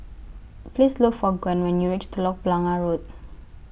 Please Look For Gwen when YOU REACH Telok Blangah Road